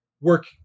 work